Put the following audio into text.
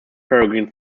peregrine